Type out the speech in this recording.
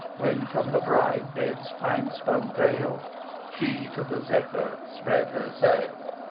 when from the bride-bed's fine-spun veil she to the zephyr spread her sail.